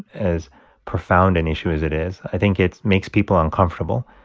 as profound an issue as it is. i think it makes people uncomfortable,